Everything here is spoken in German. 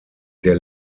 der